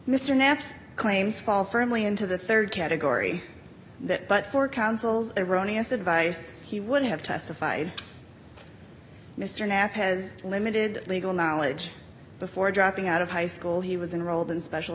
mr knapp's claims fall firmly into the rd category that but for counsel's erroneous advice he would have testified mr knapp has limited legal knowledge before dropping out of high school he was unrolled in special